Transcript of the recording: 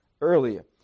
earlier